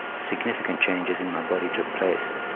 significant changes in my body took place,